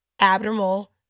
abnormal